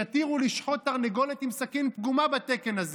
שיתירו לשחוט תרנגולת עם סכין פגומה בתקן הזה?